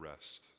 rest